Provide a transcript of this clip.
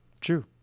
true